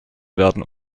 werden